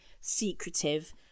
secretive